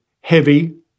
heavy